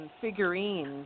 figurines